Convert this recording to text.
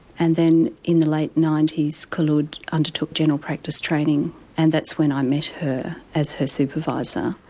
and then in the late ninety s khulod undertook general practice training and that's when i met her as her supervisor.